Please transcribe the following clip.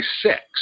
six